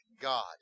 God